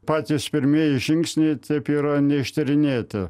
patys pirmieji žingsniai taip yra neištyrinėti